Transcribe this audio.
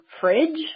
fridge